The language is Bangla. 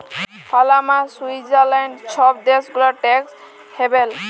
পালামা, সুইৎজারল্যাল্ড ছব দ্যাশ গুলা ট্যাক্স হ্যাভেল